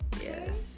Yes